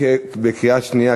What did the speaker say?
קריאה שנייה,